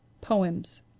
Poems